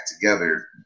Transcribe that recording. together